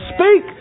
Speak